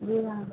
जी हाँ